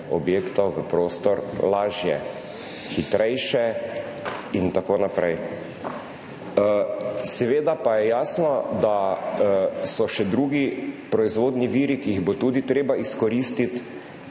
objektov OVE v prostor lažje, hitrejše in tako naprej. Seveda pa je jasno, da so še drugi proizvodni viri, ki jih bo tudi treba izkoristiti.